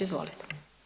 Izvolite.